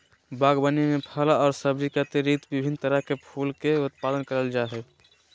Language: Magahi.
बागवानी में फल और सब्जी के अतिरिक्त विभिन्न तरह के फूल के उत्पादन करल जा हइ